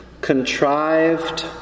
contrived